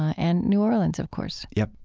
and new orleans, of course yeah.